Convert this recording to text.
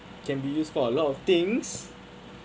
can be used for a lot of things